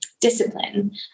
discipline